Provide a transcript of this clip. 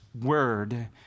word